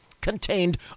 contained